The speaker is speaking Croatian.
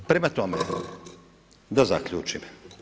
Prema tome, da zaključim.